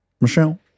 Michelle